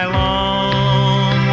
long